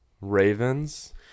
Ravens